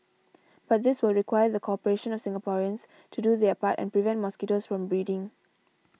but this will require the cooperation of Singaporeans to do their part and prevent mosquitoes from breeding